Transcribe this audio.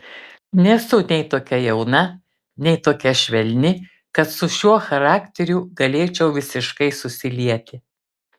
nesu nei tokia jauna nei tokia švelni kad su šiuo charakteriu galėčiau visiškai susilieti